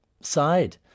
side